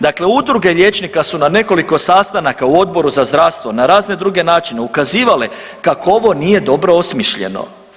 Dakle, udruge liječnika su na nekoliko sastanaka u Odboru za zdravstvo na razne druge načine ukazivale kako ovo nije dobro osmišljeno.